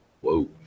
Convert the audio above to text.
Whoa